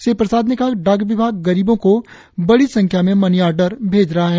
श्री प्रसाद ने कहा कि डाक विभाग गरीबों को बड़ी संख्या में मनीऑर्डर भेज रहा है